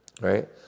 right